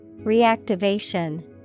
Reactivation